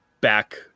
back